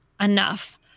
enough